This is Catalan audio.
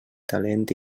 talent